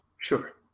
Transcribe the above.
sure